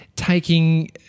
taking